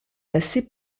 passer